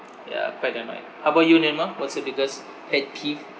ya how about you nema what's your biggest pet peeve